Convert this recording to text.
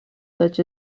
such